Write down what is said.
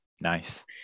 Nice